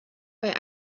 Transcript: bei